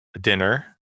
dinner